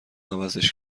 عوضش